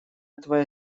твоя